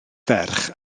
ferch